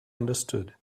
understood